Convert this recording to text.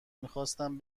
میخواستم